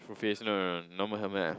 full face no no no normal helmet ah